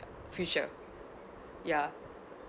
future ya